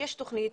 שיש תוכנית,